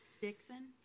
Dixon